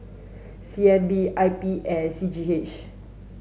C N B I P and C G H